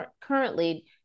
currently